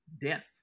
death